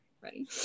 ready